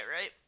right